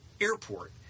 airport